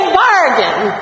bargain